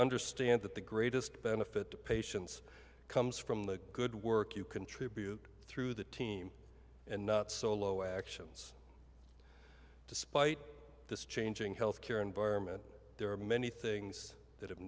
understand that the greatest benefit to patients comes from the good work you contribute through the team and not so low actions despite this changing healthcare environment there are many things that have